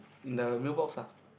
in the mailbox ah